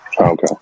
Okay